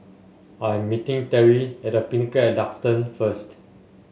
I am meeting Terrie at The Pinnacle at Duxton first